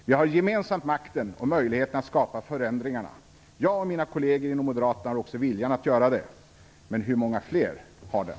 Vi har gemensamt makten och möjligheten att skapa förändringar. Jag och mina kolleger inom Moderaterna har också viljan att göra det. Men hur många fler har den?